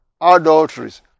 adulteries